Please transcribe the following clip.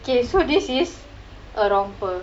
okay so this is a romper